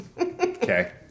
okay